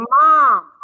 Mom